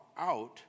out